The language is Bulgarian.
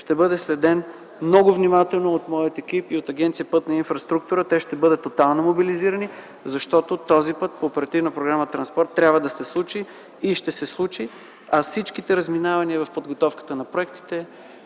ще бъде следен много внимателно от моя екип и от Агенция „Пътна инфраструктура”. Те ще бъдат тотално мобилизирани, защото този път по Оперативна програма „Транспорт” трябва да се случи и ще се случи! Всички разминавания в подготовката на проектите